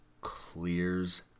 clears